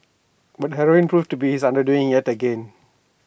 but heroin proved to be his undoing yet again